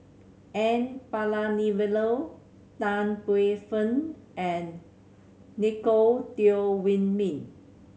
N Palanivelu Tan Paey Fern and Nicolette Teo Wei Min